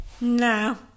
no